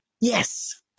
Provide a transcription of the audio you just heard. Yes